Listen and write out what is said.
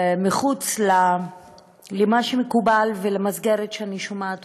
מחוץ למה שמקובל ולמסגרת שאני שומעת